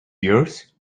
yours